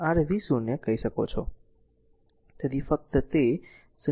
તેથી ફક્ત તે 0